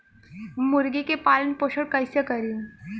मुर्गी के पालन पोषण कैसे करी?